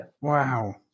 Wow